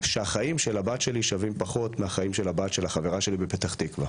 שהחיים של הבת שלי שווים פחות מהחיים של הבת של החברה שלי בפתח תקווה,